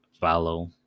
follow